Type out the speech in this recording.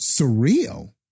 surreal